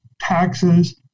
taxes